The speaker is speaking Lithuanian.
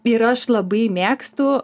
ir aš labai mėgstu